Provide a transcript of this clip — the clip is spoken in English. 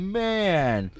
man